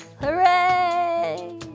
Hooray